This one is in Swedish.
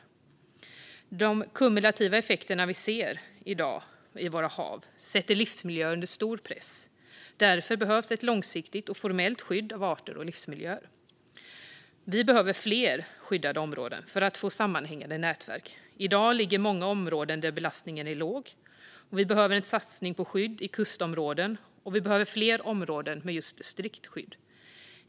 De kumulativa effekterna vi ser i våra hav i dag sätter livsmiljöer under stor press. Därför behövs ett långsiktigt och formellt skydd av arter och livsmiljöer. Vi behöver fler skyddade områden för att få sammanhängande nätverk. I dag ligger många områden där belastningen är låg. Vi behöver en satsning på skydd i kustområden, och vi behöver fler områden med just strikt skydd.